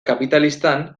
kapitalistan